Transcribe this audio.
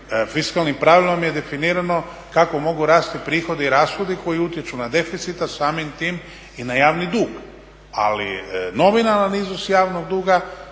fiskalnim pravilom je definirano kako mogu rasti prihodi i rashodi koji utječu na deficit a samim tim i na javni dug, ali nominalna iznos javnog duga